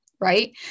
right